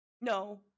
No